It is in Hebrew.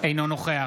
אינו נוכח